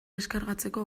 deskargatzeko